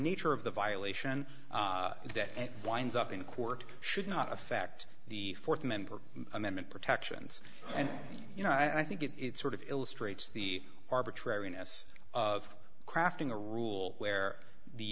nature of the violation that winds up in court should not affect the th member amendment protections and you know i think it's sort of illustrates the arbitrariness of crafting a rule where the